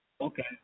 Okay